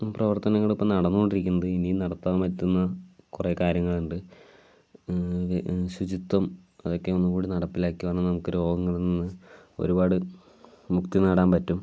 പ്രവർത്തനങ്ങൾ ഇപ്പം നടന്ന് കൊണ്ടിരിക്കുന്നത് ഇനിയും നടത്താൻ പറ്റുന്ന കുറേ കാര്യങ്ങളുണ്ട് ശുചിത്വം അതൊക്കെ ഒന്നും കൂടെ നടപ്പിലാക്കി വന്നാൽ നമുക്ക് രോഗങ്ങളിൽ നിന്നും ഒരുപാട് മുക്തി നേടാൻ പറ്റും